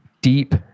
deep